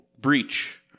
breach